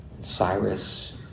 Cyrus